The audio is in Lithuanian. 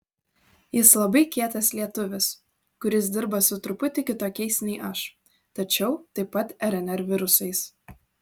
jis labai kietas lietuvis kuris dirba su truputį kitokiais nei aš tačiau taip pat rnr virusais